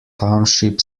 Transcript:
township